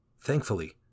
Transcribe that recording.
Thankfully